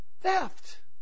Theft